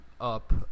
up